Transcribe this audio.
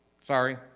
Sorry